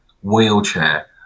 wheelchair